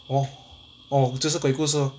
oh orh 就是鬼故事 lor